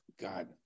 God